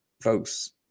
folks